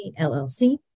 LLC